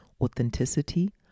Authenticity